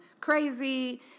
crazy